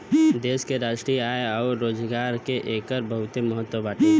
देश के राष्ट्रीय आय अउर रोजगार में एकर बहुते महत्व बाटे